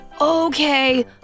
Okay